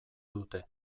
dute